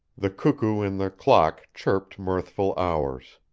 the cuckoo in the clock chirped mirthful hours.